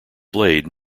blade